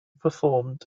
performed